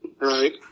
Right